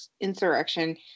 insurrection